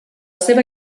seva